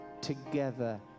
together